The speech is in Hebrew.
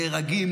נהרגים,